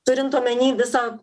turint omeny visą